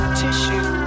tissue